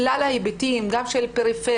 את כלל ההיבטים גם של פריפריה,